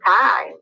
time